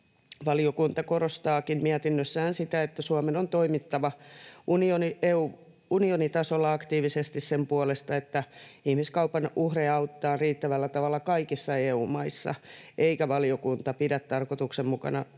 Valiokunta korostaakin mietinnössään sitä, että Suomen on toimittava unionitasolla aktiivisesti sen puolesta, että ihmiskaupan uhreja autetaan riittävällä tavalla kaikissa EU-maissa, eikä valiokunta pidä tarkoituksenmukaisena nykyistä